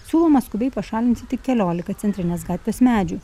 siūloma skubiai pašalinti tik keliolika centrinės gatvės medžių